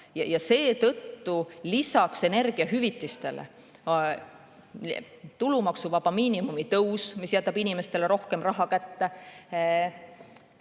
Seetõttu on lisaks energiahüvitistele tulumaksuvaba miinimumi tõus, mis jätab inimestele rohkem raha kätte,